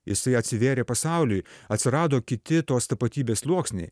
jisai atsivėrė pasauliui atsirado kiti tos tapatybės sluoksniai